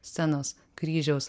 scenos kryžiaus